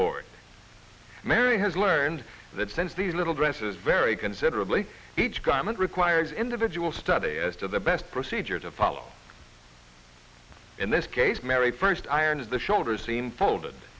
board mary has learned that since these little dresses vary considerably each government requires individual study as to the best procedure to follow in this case mary first iron is the shoulder seam folded